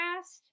past